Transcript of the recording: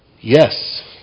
Yes